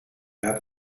have